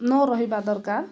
ନ ରହିବା ଦରକାର